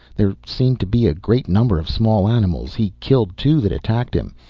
there seemed to be a great number of small animals he killed two that attacked him.